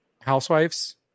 Housewives